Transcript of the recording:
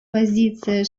позиция